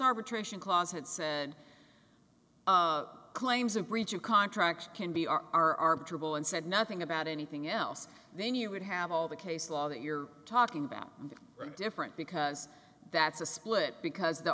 arbitration clause had said claims a breach of contract can be our trouble and said nothing about anything else then you would have all the case law that you're talking about different because that's a split because the